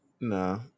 No